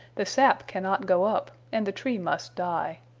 the sap cannot go up and the tree must die.